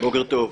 בוקר טוב.